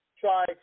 try